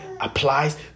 applies